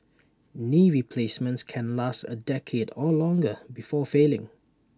knee replacements can last A decade or longer before failing